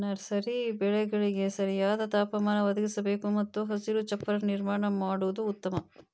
nursery ಬೆಳೆಗಳಿಗೆ ಸರಿಯಾದ ತಾಪಮಾನ ಒದಗಿಸಬೇಕು ಮತ್ತು ಹಸಿರು ಚಪ್ಪರ ನಿರ್ಮಾಣ ಮಾಡುದು ಉತ್ತಮ